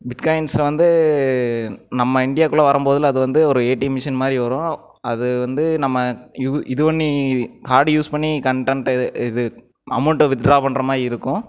bit காயின்ஸ்சில் வந்து நம்ம இண்டியாக்குள்ளே வரும்போதெல்லாம் அது வந்து ஒரு ஏடிஎம் மிஷின் மாதிரி வரும் அது வந்து நம்ம இது பண்ணி கார்டு யூஸ் பண்ணி கன்டன்ட்டு இது அமௌன்டை விட்ரா பண்ணுற மாதிரி இருக்கும்